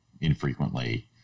infrequently